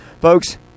Folks